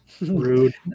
Rude